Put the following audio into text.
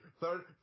third